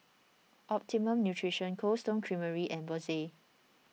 Optimum Nutrition Cold Stone Creamery and Bose